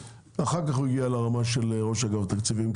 אחר כך הוא הגיע לרמה של ראש אגף תקציבים.